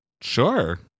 Sure